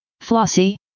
Flossie